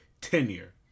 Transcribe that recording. tenure